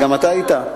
גם אתה היית?